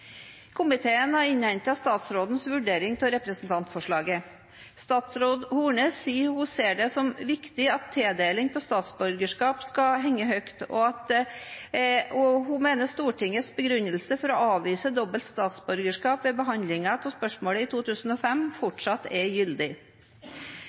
Komiteen har innhentet statsrådens vurdering av representantforslaget. Statsråd Horne sier hun ser det som viktig at tildeling av statsborgerskap skal henge høyt, og at hun mener Stortingets begrunnelse for å avvise dobbelt statsborgerskap ved behandlingen av spørsmålet i 2005,